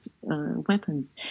weapons